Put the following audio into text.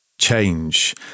change